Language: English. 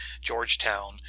georgetown